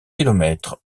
kilomètres